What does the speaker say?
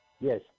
Yes